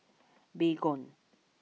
Baygon